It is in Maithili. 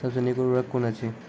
सबसे नीक उर्वरक कून अछि?